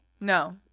No